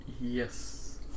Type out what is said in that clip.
Yes